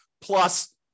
plus